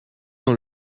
dans